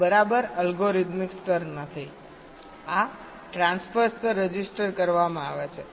આ બરાબર અલ્ગોરિધમિક સ્તર નથીઆ ટ્રાન્સફર સ્તર રજિસ્ટર કરવામાં આવે છે